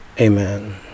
Amen